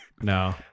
No